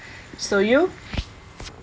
so you